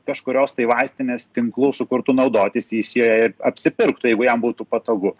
kažkurios tai vaistinės tinklu sukurtu naudotis jis joje ir apsipirktų jeigu jam būtų patogu